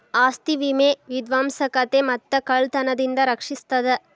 ಆಸ್ತಿ ವಿಮೆ ವಿಧ್ವಂಸಕತೆ ಮತ್ತ ಕಳ್ತನದಿಂದ ರಕ್ಷಿಸ್ತದ